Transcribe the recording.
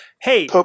Hey